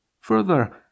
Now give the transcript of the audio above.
Further